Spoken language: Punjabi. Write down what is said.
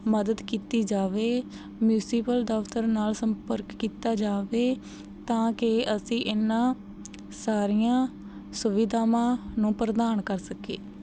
ਮਦਦ ਕੀਤੀ ਜਾਵੇ ਮਿਊਸੀਪਲ ਦਫ਼ਤਰ ਨਾਲ ਸੰਪਰਕ ਕੀਤਾ ਜਾਵੇ ਤਾਂ ਕਿ ਅਸੀਂ ਇਹਨਾਂ ਸਾਰੀਆਂ ਸੁਵਿਧਾਵਾਂ ਨੂੰ ਪ੍ਰਦਾਨ ਕਰ ਸਕੀਏ